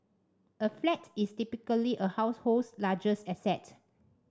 a flat is typically a household's largest asset